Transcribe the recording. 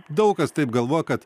daug kas taip galvoja kad